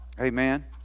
Amen